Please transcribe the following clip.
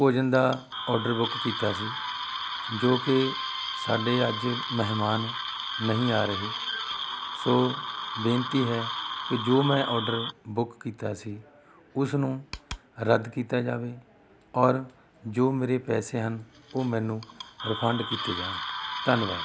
ਭੋਜਨ ਦਾ order book ਕੀਤਾ ਸੀ ਜੋ ਕਿ ਸਾਡੇ ਅੱਜ ਮਹਿਮਾਨ ਨਹੀਂ ਆ ਰਹੇ ਸੋ ਬੇਨਤੀ ਹੈ ਕਿ ਜੋ ਮੈਂ ਆਰਡਰ ਬੁੱਕ ਕੀਤਾ ਸੀ ਉਸ ਨੂੰ ਰੱਦ ਕੀਤਾ ਜਾਵੇ ਔਰ ਜੋ ਮੇਰੇ ਪੈਸੇ ਹਨ ਉਹ ਮੈਨੂੰ ਰੀਫੰਡ ਕੀਤੇ ਜਾਣ ਧੰਨਵਾਦ ਜੀ